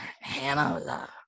Hannah